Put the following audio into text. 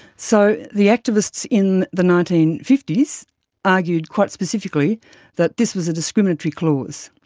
so the activists in the nineteen fifty s argued quite specifically that this was a discriminatory clause.